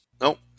Nope